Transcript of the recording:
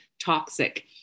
toxic